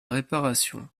réparation